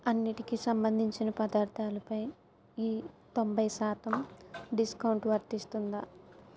అన్నిటికి సంబంధించిన పదార్ధాలపై ఈ తొంభై శాతం డిస్కౌంట్ వర్తిస్తుందా